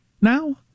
now